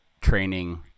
training